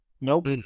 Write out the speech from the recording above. Nope